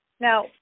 Now